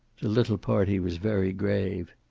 the little party was very grave.